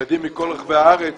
הנני מתכבד להודיעך כי ועדת הכספים,